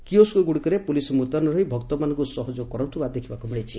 କିଓସ୍କଗୁଡିକରେ police ମୁତୟନ ରହି ଭକ୍ତମାନଙ୍କୁ ସହଯୋଗ କରାଯାଉଥିବା ଦେଖିବାକୁ ମିଳିଛି